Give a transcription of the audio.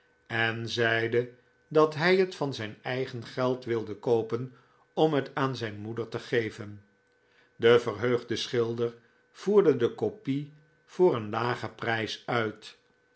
en zeide dat hij het van zijn eigen geld wilde koopen om het aan zijn moeder te geven de verheugde schilder voerde de kopie voor een lagen prijs uit